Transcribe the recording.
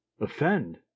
Offend